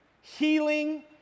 healing